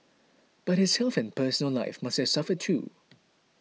but his health and personal life have suffered too